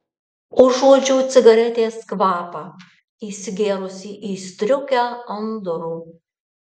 užuodžiau cigaretės kvapą įsigėrusį į striukę ant durų